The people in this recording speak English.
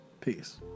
peace